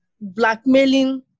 blackmailing